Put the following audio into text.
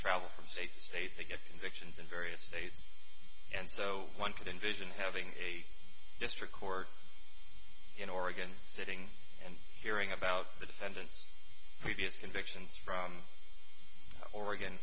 travel from state to state they get convictions in various states and so one could envision having a district court in oregon sitting and hearing about the defendant's previous convictions from oregon